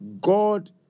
God